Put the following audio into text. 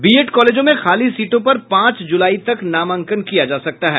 BEd कॉलेजों में खाली सीटों पर पांच जुलाई तक नामांकन किया जा सकता है